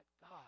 God